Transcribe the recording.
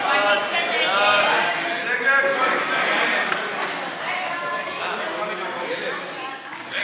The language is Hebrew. ההצעה להעביר לוועדה את הצעת חוק-יסוד: השפיטה (תיקון,